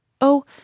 Oh